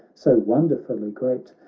so wonderfully great.